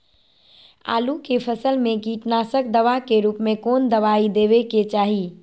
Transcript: आलू के फसल में कीटनाशक दवा के रूप में कौन दवाई देवे के चाहि?